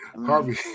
Harvey